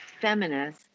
feminist